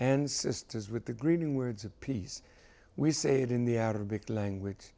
and sisters with the greeting words of peace we say it in the arabic language